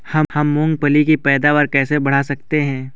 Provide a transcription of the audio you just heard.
हम मूंगफली की पैदावार कैसे बढ़ा सकते हैं?